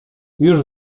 już